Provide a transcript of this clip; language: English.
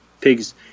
Pigs